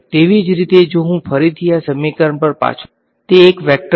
તેવી જ રીતે જો હું ફરીથી આ સમીકરણ પર પાછો જાઉં તો અહીંનો પ્રથમ ક્વોંટીટી શું તે સ્કેલર છે કે વેક્ટર